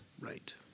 Right